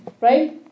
Right